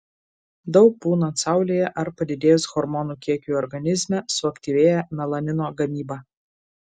daug būnant saulėje ar padidėjus hormonų kiekiui organizme suaktyvėja melanino gamyba